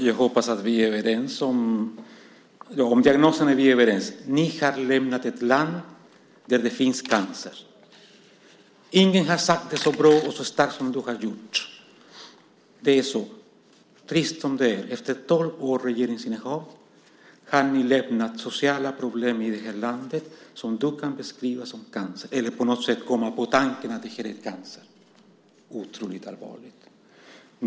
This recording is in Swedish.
Fru talman! Om diagnosen är vi överens, Krister Örnfjäder. Ni har lämnat efter er ett land där det finns cancer. Ingen har sagt det så bra och så starkt som du har gjort. Det är så, trist nog. Efter tolv års regeringsinnehav har ni lämnat efter er sociala problem i det här landet som du kan beskriva som cancer, eller på något sätt komma på tanken att det här är som cancer. Det är otroligt allvarligt.